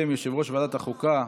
בשם יושב-ראש ועדת החוקה,